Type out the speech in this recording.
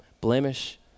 blemish